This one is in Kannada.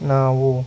ನಾವು